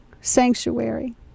Sanctuary